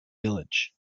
village